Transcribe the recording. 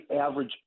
average